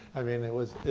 i mean, it was,